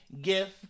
gift